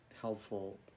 helpful